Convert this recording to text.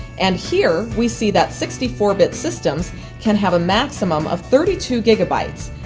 and here we see that sixty four bit systems can have a maximum of thirty two gigabytes.